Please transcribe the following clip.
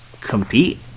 compete